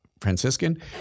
Franciscan